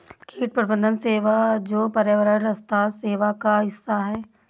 कीट प्रबंधन सेवा जो पर्यावरण स्वास्थ्य सेवा का हिस्सा है